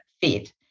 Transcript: fit